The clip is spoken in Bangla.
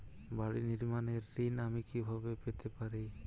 বাড়ি নির্মাণের ঋণ আমি কিভাবে পেতে পারি?